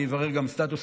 אני אברר גם סטטוס,